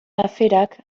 aferak